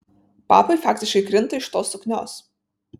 papai faktiškai krinta iš tos suknios